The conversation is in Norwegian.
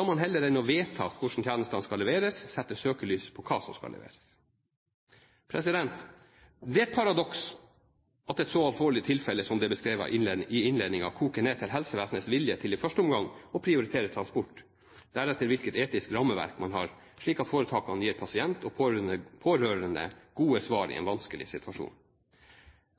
man heller enn å vedta hvordan tjenestene skal leveres, setter søkelyset på hva som skal leveres. Det er et paradoks at et så alvorlig tilfelle som det som er beskrevet innledningsvis, koker ned til helsevesenets vilje til i første omgang å prioritere transport, deretter til hvilket etisk rammeverk man har, slik at foretakene gir pasient og pårørende gode svar i en vanskelig situasjon.